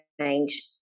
change